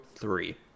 three